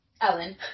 Ellen